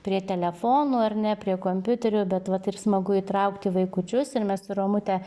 prie telefonų ar ne prie kompiuterių bet vat ir smagu įtraukti vaikučius ir mes su romute